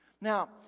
Now